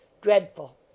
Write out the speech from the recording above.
Dreadful